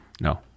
no